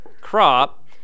crop